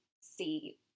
see